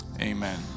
amen